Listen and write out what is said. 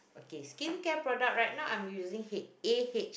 K skincare products right now I'm using H A_H